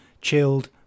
chilled